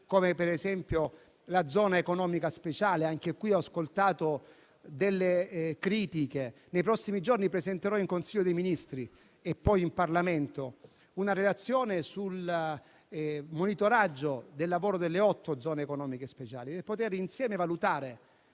come per esempio quella sulla zona economica speciale. Al riguardo anche in questa sede ho ascoltato delle critiche, ma nei prossimi giorni presenterò in Consiglio dei Ministri e poi in Parlamento una relazione sul monitoraggio del lavoro delle otto zone economiche speciali per poter valutare